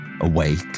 awake